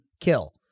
kill